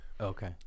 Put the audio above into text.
Okay